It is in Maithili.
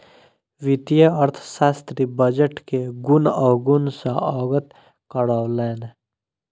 वित्तीय अर्थशास्त्री बजट के गुण अवगुण सॅ अवगत करौलैन